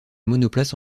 monoplace